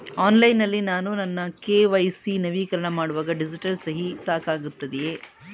Online ನಲ್ಲಿ ನಾನು ನನ್ನ ಕೆ.ವೈ.ಸಿ ನವೀಕರಣ ಮಾಡುವಾಗ ಡಿಜಿಟಲ್ ಸಹಿ ಸಾಕಾಗುತ್ತದೆಯೇ?